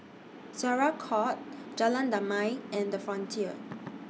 Syariah Court Jalan Damai and The Frontier